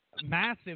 massive